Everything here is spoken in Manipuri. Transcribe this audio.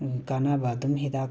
ꯀꯥꯟꯅꯕ ꯑꯗꯨꯝ ꯍꯤꯗꯥꯛ